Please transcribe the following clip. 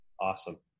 Awesome